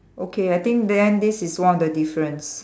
okay I think then this is one of the difference